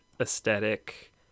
aesthetic